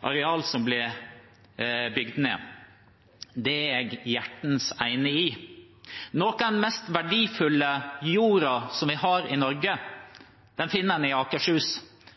areal som blir bygd ned. Det er jeg hjertens enig i. Noe av den mest verdifulle jorda vi har i Norge, finner en i Akershus.